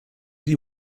die